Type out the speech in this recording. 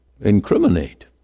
incriminate